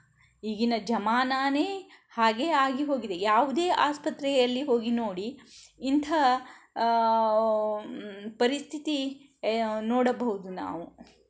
ಈಗಿನ ಜಮಾನನೇ ಹಾಗೆ ಆಗಿ ಹೋಗಿದೆ ಯಾವುದೇ ಆಸ್ಪತ್ರೆಯಲ್ಲಿ ಹೋಗಿ ನೋಡಿ ಇಂಥ ಪರಿಸ್ಥಿತಿ ನೋಡಬಹುದು ನಾವು